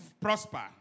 prosper